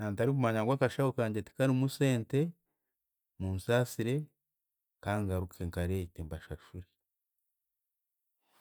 Nantarikumanya ngu akashaho kangye tikarimu sente, munsaasire, kangaruke nkareete mbashashure.